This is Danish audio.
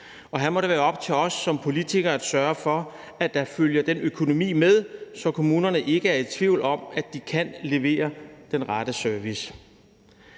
Her må det være op til os som politikere at sørge for, at der følger den økonomi med, så kommunerne ikke er i tvivl om, at de kan levere den rette service.